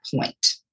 point